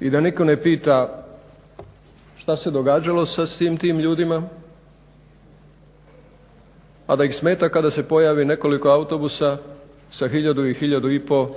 i da nitko ne pita šta se događalo sa svim tim ljudima, a da ih smeta kada se pojavi nekoliko autobusa sa hiljadu i hiljadu i pol